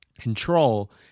control